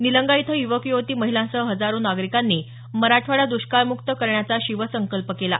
निलंगा इथं युवक युवती महिलांसह हजारो नागरिकांनी मराठवाडा दुष्काळमुक्त करण्याचा शिवसंकल्प केला